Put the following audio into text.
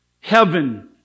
heaven